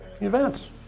Events